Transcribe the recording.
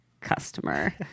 customer